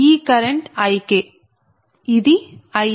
ఈ current Ik ఇది Ij